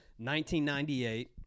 1998